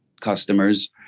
customers